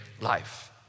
life